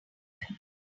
editor